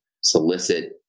solicit